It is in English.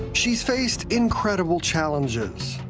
she has faced incredible challenges,